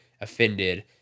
offended